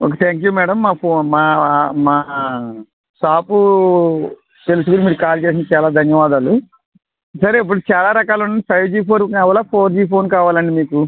okay thank you madam మా ఫో మా మా షాపు తెలుసుకుని మీరు కాల్ చేసినందుకు చాలా ధన్యవాదాలు సరే ఇప్పుడు చాలా రకాలు ఫైవ్ జి ఫోన్ కావాలా ఫోర్ జి కావాలా అండి మీకు